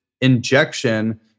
injection